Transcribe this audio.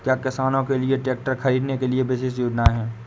क्या किसानों के लिए ट्रैक्टर खरीदने के लिए विशेष योजनाएं हैं?